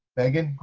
megan?